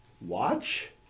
Watch